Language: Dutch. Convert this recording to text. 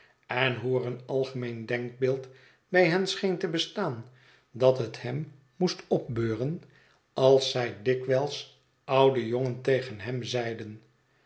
en hoe er een algemeen denkbeeld bij hen scheen te bestaan dat het hem moest opbeuren als zij dikwijls oude jongen tegen hem zeiden